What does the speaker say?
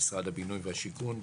במשרד הבינוי והשיכון,